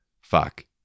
fuck